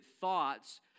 thoughts